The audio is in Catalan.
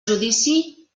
judici